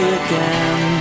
again